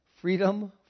Freedom